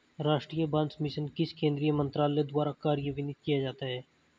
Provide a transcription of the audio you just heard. राष्ट्रीय बांस मिशन किस केंद्रीय मंत्रालय द्वारा कार्यान्वित किया जाता है?